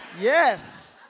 Yes